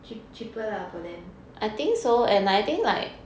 cheap cheaper lah for them